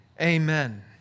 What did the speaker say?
Amen